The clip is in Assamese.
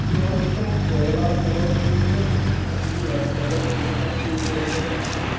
বিয়ণ্ড স্নেক কেৰেলাৰ কলৰ চিপ্ছত এটা কিনিলে লগত আন এটা ফ্ৰী উপলব্ধ নে